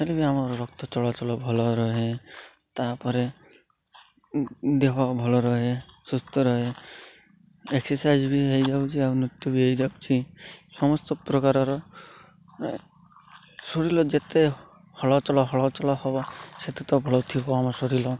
ହେଲେ ବି ଆମର ରକ୍ତ ଚଳାଚଳ ଭଲ ରହେ ତାପରେ ଦେହ ଭଲ ରହେ ସୁସ୍ଥ ରହେ ଏକ୍ସର୍ସାଇଜ୍ ବି ହେଇଯାଉଛି ଆଉ ନୃତ୍ୟ ବି ହେଇଯାଉଛି ସମସ୍ତ ପ୍ରକାରର ଶରୀର ଯେତେ ହଲ୍ଚଲ୍ ହଲ୍ଚଲ୍ ହବ ସେତେ ତ ଭଲ ଥିବ ଆମ ଶରୀର